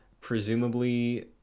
Presumably